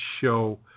show